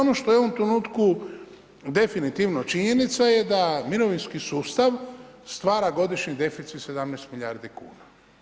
Ono što je u ovom trenutku definitivno činjenica je da mirovinski sustav stvara godišnji deficit 17 milijardi kuna.